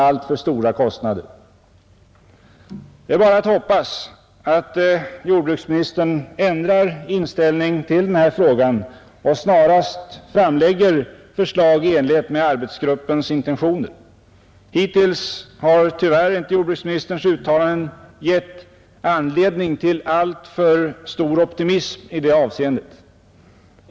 Det är bara att hoppas att jordbruksministern ändrar inställning till den här frågan och snarast framlägger förslag i enlighet med arbetsgruppens intentioner. Hittills har jordbruksministerns uttalanden tyvärr inte gett anledning till alltför stor optimism i det här avseendet.